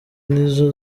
nizo